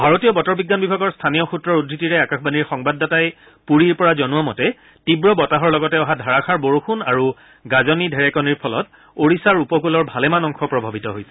ভাৰতীয় বতৰ বিজ্ঞান বিভাগৰ স্থানীয় সূত্ৰৰ উদ্ধৃতিৰে আকাশবাণীৰ সংবাদদাতাই পুৰীৰ পৰা জনোৱা মতে তীৱ বতাহৰ লগতে অহা ধাৰাষাৰ বৰষুণ আৰু গাজনি ধেৰেকণিৰ ফলত ওড়িশাৰ উপকূলৰ ভালেমান অংশ প্ৰভাৱিত হৈছে